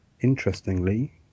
interestingly